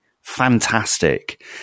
fantastic